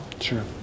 Sure